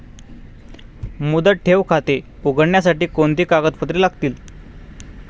मुदत ठेव खाते उघडण्यासाठी कोणती कागदपत्रे लागतील?